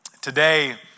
Today